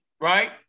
right